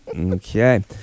Okay